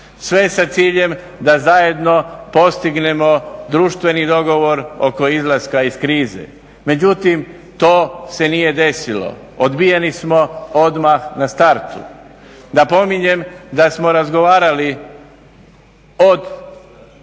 sve sa ciljem da zajedno postignemo društveni dogovor oko izlaska iz krize. Međutim to se nije desilo, odbijeni smo odmah na startu. Napominjem da smo razgovarali od